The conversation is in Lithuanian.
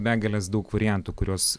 begalės daug variantų kuriuos